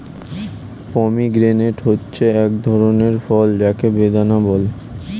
pomegranate হচ্ছে এক ধরনের ফল যাকে বেদানা বলে